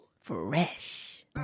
Fresh